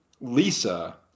Lisa